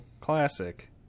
classic